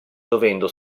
dovendo